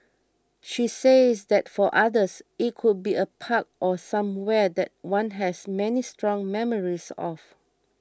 she says that for others it could be a park or somewhere that one has many strong memories of